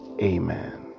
Amen